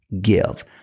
give